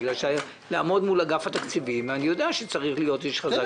כדי לעמוד מול אגף התקציבים אני יודע שצריך להיות איש חזק,